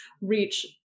reach